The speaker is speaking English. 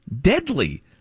deadly